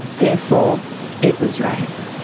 therefore it was rape.